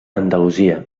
andalusia